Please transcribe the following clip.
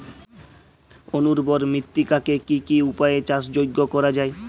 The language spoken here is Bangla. অনুর্বর মৃত্তিকাকে কি কি উপায়ে চাষযোগ্য করা যায়?